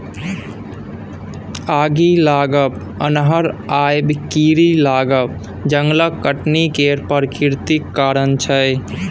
आगि लागब, अन्हर आएब, कीरी लागब जंगलक कटनी केर प्राकृतिक कारण छै